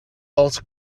els